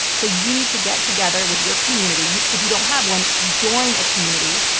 so you need to get together with your community. if you don't have one, join a community.